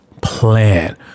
plan